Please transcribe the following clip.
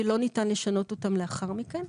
שלא ניתן לשנות אותם לאחר מכן.